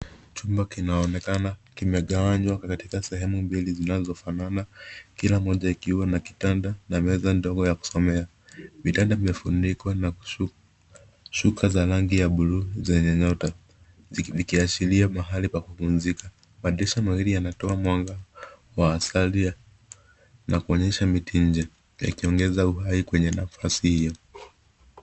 Chumba kinaonekana kimegawanywa katika sehemu mbili zinazofanana, kila moja ikiwa na kitanda na meza ndogo ya kusomea. Vitanda vimefunikwa na shuka za rangi ya blue zenye nyota, vikiashiria mahali pa kupumzika. Madirisha mawili yanatoa mwangaza wa asili na kuonyesha miti nje, vikiongeza uhai kwenye nafasi hiyo.